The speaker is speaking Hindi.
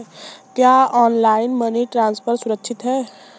क्या ऑनलाइन मनी ट्रांसफर सुरक्षित है?